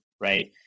Right